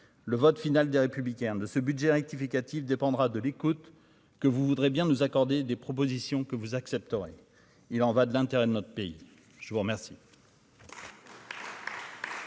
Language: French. le vote final des républicains de ce budget rectificatif dépendra de l'écoute que vous voudrez bien nous accorder des propositions que vous accepterez, il en va de l'intérêt de notre pays, je vous remercie.